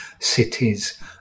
cities